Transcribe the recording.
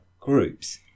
groups